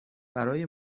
برای